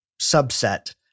subset